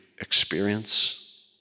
experience